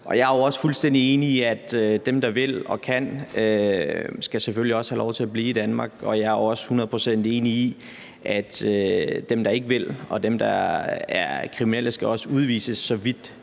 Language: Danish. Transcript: og jeg er jo også fuldstændig enig i, at dem, der vil og kan, selvfølgelig skal have lov til at blive i Danmark, og jeg er også hundrede procent enig i, at dem, der ikke vil, og dem, der er kriminelle, skal udvises, så vidt